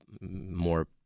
more